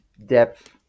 Depth